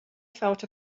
felt